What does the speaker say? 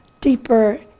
deeper